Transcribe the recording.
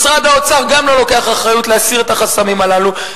משרד האוצר גם לא לוקח אחריות להסיר את החסמים הללו.